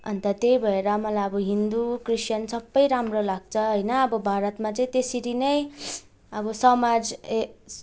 अन्त त्यही भएर मलाई अब हिन्दू क्रिस्तान सबै राम्रो लाग्छ होइन अब भारतमा चाहिँ त्यसरी नै अब समाज ए